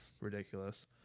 ridiculous